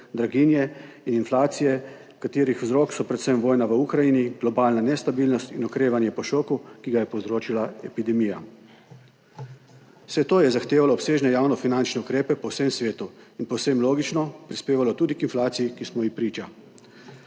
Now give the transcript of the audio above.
draginje in inflacije, katerih vzrok so predvsem vojna v Ukrajini, globalna nestabilnost in okrevanje po šoku, ki ga je povzročila epidemija. Vse to je zahtevalo obsežne javnofinančne ukrepe po vsem svetu in povsem logično prispevalo tudi k inflaciji, ki smo ji priča.